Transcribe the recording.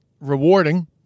rewarding